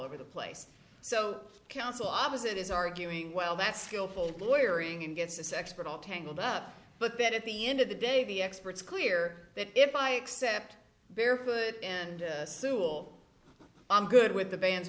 over the place so counsel opposite is arguing well that skillful lawyer ingin gets the sexpert all tangled up but then at the end of the day the experts clear that if i accept very good and sewell i'm good with the ban